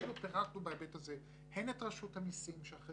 אפילו פירטנו בהיבט הזה הן את רשות המסים שאחר